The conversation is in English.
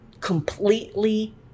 completely